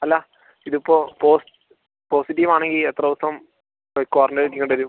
അല്ല ഇത് ഇപ്പോൾ പോസ് പോസിറ്റീവ് ആണെങ്കിൽ എത്ര ദിവസം ക്വാറൻറ്റയിൽ ഇരിക്കേണ്ടി വരും